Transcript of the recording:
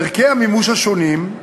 ערכי המימוש השונים,